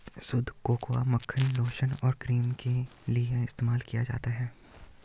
शुद्ध कोकोआ मक्खन लोशन और क्रीम के लिए इस्तेमाल किया जाता है